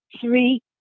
three